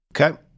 Okay